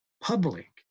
public